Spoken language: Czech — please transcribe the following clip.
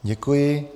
Děkuji.